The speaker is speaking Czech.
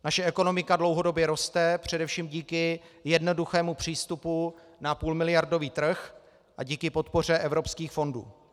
Naše ekonomika dlouhodobě roste, především díky jednoduchému přístupu na půlmiliardový trh a díky podpoře evropských fondů.